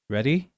Ready